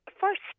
first